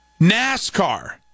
NASCAR